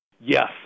Yes